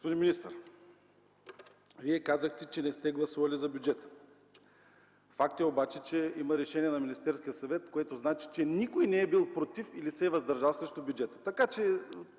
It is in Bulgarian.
Господин министър, Вие казахте, че не сте гласували за бюджета. Факт е обаче, че има решение на Министерския съвет, което значи, че никой не е бил против или се е въздържал срещу бюджета.